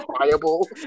viable